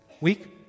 week